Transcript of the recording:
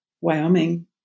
Wyoming